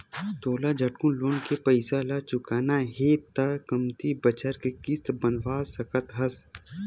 तोला झटकुन लोन के पइसा ल चुकाना हे त कमती बछर के किस्त बंधवा सकस हस